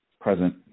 Present